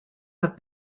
have